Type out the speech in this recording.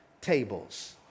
tables